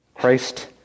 Christ